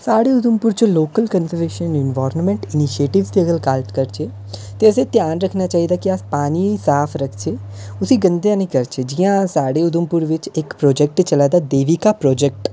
साढ़े उधमपुर च local conservation department initiative दी अगर गल्ल करचै तां असें ध्यान रखना चाहिदा के अस पानी साफ रखचै उसी गंदा नी करचै जि'यां साढ़े उघमपुर च इक चला दा देबिका प्रोजेक्ट